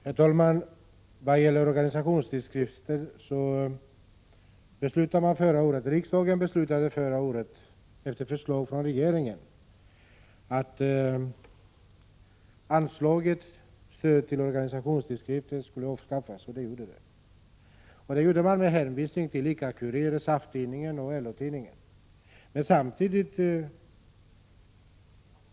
Herr talman! Vad gäller organisationstidskrifter beslutade riksdagen förra året, efter förslag från regeringen, att anslaget Stöd till organisationstidskrifter skulle avskaffas. Så skedde med hänvisning till ICA-Kuriren, SAF tidningen och LO-tidningen.